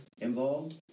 involved